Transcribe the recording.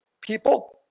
people